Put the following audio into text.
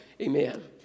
Amen